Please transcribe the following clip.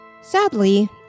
Sadly